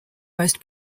most